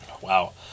Wow